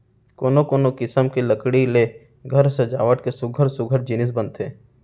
कोनो कोनो किसम के लकड़ी ले घर सजावट के सुग्घर सुग्घर जिनिस बनथे